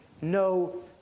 no